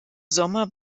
sommer